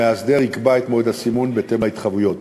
המאסדר יקבע את מועד הסימון בהתאם להתחייבויות.